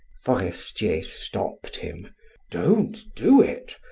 forestier stopped him don't do it,